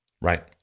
Right